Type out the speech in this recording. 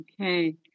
Okay